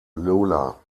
lola